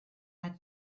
had